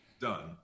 done